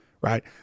Right